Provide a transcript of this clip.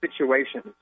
situations